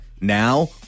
now